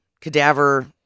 cadaver